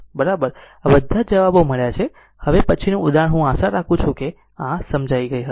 હવે હવે પછીનું ઉદાહરણ હું આશા રાખું છું કે આ સમજાઈ જશે